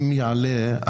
זה לא נמצא